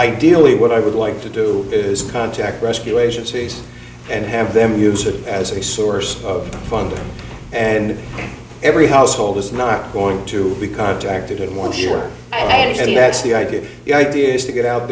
ideally what i would like to do is contact rescue agencies and have them use it as a source of funding and every household is not going to be contracted one sure and that's the idea the idea is to get out